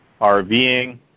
RVing